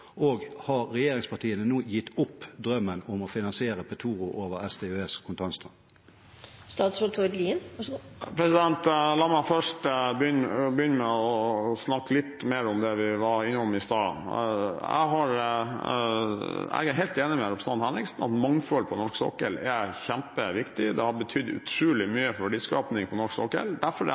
og har regjeringspartiene nå gitt opp drømmen om å finansiere Petoro over SDØEs kontantstrøm? La meg først snakke litt mer om det vi var innom i stad. Jeg er helt enig med representanten Henriksen i at mangfold på norsk sokkel er kjempeviktig. Det har betydd utrolig mye verdiskaping på norsk sokkel. Derfor er jeg glad for det